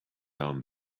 down